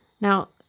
Now